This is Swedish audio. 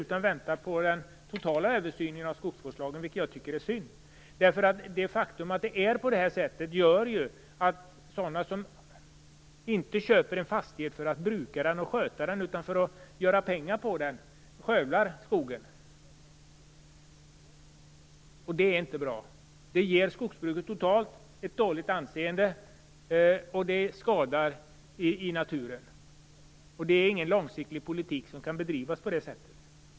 Man väntar på den totala översynen av skogsvårdslagen, vilket jag tycker är synd. De som inte köper en fastighet för att bruka och sköta, utan för att göra pengar på den, skövlar skogen. Det är inte bra. Det ger skogsbruket ett dåligt anseende, och det åstadkommer skador i naturen. På det sättet kan ingen långsiktig politik bedrivas.